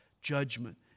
judgment